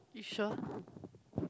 you sure